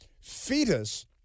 fetus